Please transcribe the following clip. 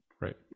Right